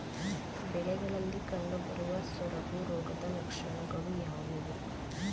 ಬೆಳೆಗಳಲ್ಲಿ ಕಂಡುಬರುವ ಸೊರಗು ರೋಗದ ಲಕ್ಷಣಗಳು ಯಾವುವು?